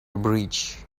bridge